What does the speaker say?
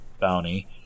bounty